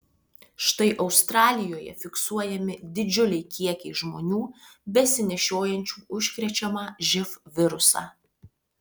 štai australijoje fiksuojami didžiuliai kiekiai žmonių besinešiojančių užkrečiamą živ virusą